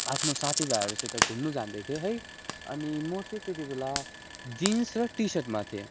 आफ्नो साथी भाइहरूसित घुम्नु जाँदैथिएँ है अनि म चाहिँ त्यतिबेला जिन्स र टी सर्टमा थिएँ